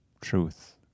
truth